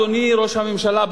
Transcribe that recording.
אדוני ראש הממשלה,